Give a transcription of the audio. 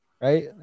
right